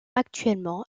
actuellement